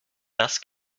das